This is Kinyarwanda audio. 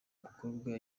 mukobwa